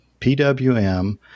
PWM